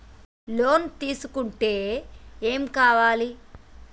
Loan తీసుకుంటే ఏం కావాలి?